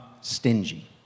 stingy